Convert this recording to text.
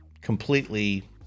completely